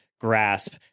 grasp